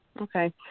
Okay